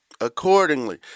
accordingly